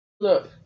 look